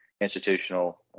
institutional